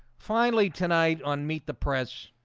finally tonight on meet the press